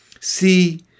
See